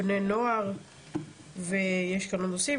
בני נוער ויש כמה נושאים.